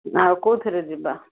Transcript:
ନା ଆଉ କେଉଁଥିରେ ଯିବା